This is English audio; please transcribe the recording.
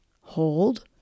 Hold